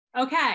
Okay